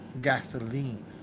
gasoline